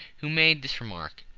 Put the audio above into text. who made this remark.